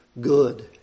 good